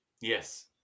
yes